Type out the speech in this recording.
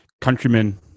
countrymen